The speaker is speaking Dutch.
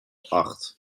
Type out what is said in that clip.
acht